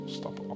stop